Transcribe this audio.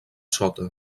sota